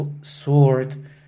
sword